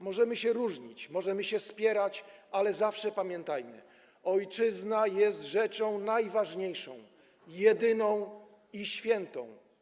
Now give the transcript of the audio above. Możemy się różnić, możemy się spierać, ale zawsze pamiętajmy: ojczyzna jest rzeczą najważniejszą, jedyną i świętą.